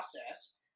process